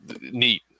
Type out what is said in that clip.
Neat